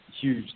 huge